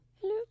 Hello